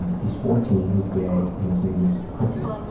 he is fourteen, he is gay and his name is cookie.